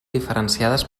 diferenciades